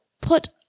put